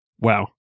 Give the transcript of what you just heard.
wow